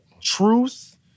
truth